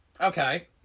Okay